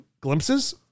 glimpses